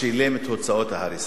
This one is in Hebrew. שילם את הוצאות ההריסה.